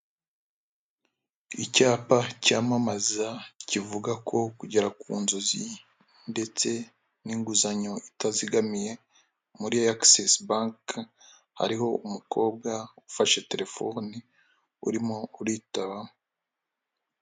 Icyapa cyamamaza kivuga ko kugera ku nzozi ndetse n'inguzanyo itazigamiye muri agisesi Bank, hariho umukobwa ufashe telefoni urimo uritaba.